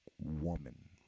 woman